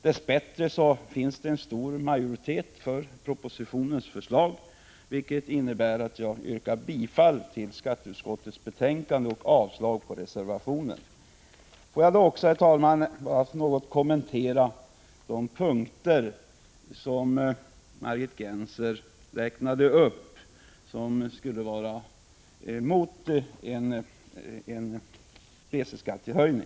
Dess bättre finns det en stor majoritet som är för propositionen, vilket innebär att jag yrkar bifall till hemställan i skatteutskottets betänkande och avslag på reservationen. Herr talman! Jag vill också något kommentera de punkter som Margit Gennser räknade upp och som skulle tala mot en höjning av reseskatten.